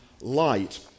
Light